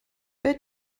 beth